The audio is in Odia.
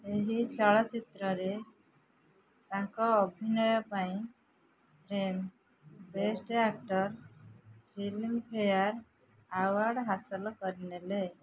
ଏହି ଚଳଚ୍ଚିତ୍ରରେ ତାଙ୍କ ଅଭିନୟ ପାଇଁ Prem best actor Filmfare award ହାସଲ କରିନେଲେ